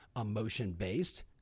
emotion-based